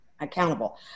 accountable